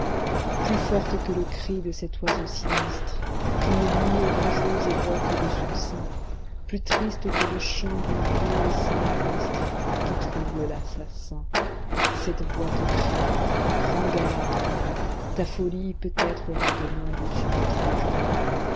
plus forte que le cri de cet oiseau sinistre qu'une nuit orageuse évoque de son sein plus triste que le chant du vieux et saint ministre qui trouble l'assassin cette voix te crira prends garde ta folie peut-être aura demain de subites rougeurs